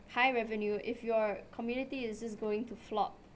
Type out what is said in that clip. high revenue if your community is just going to flop